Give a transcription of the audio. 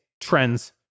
trends